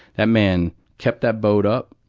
that man kept that boat up,